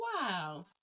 Wow